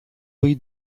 ohi